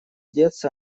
деться